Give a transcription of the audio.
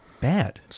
Bad